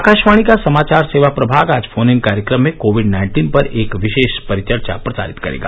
आकाशवाणी का समाचार सेवा प्रभाग आज फोन इन कार्यक्रम में कोविड नाइन्टीन पर एक विशेष परिचर्चा प्रसारित करेगा